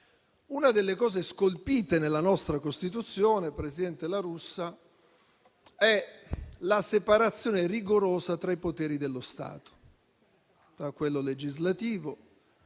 Una delle cose scolpite nella nostra Costituzione, presidente La Russa, è la separazione rigorosa tra i poteri dello Stato, tra quello legislativo